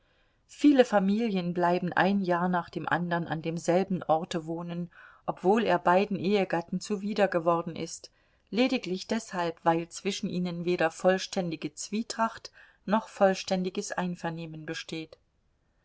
viele familien bleiben ein jahr nach dem andern an demselben orte wohnen obwohl er beiden ehegatten zuwider geworden ist lediglich deshalb weil zwischen ihnen weder vollständige zwietracht noch vollständiges einvernehmen besteht